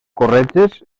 corretges